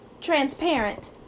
transparent